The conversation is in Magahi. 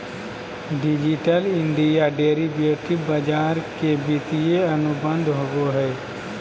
डिजिटल इंडिया डेरीवेटिव बाजार के वित्तीय अनुबंध होबो हइ